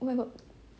oh my god